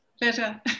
better